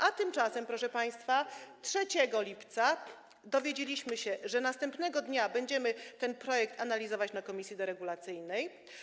A tymczasem, proszę państwa, 3 lipca dowiedzieliśmy się, że następnego dnia będziemy ten projekt analizować w komisji deregulacyjnej.